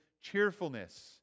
cheerfulness